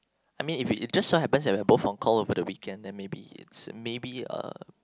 I mean if it just so happen that we are both on call over the weekend then maybe it's maybe uh